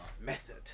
method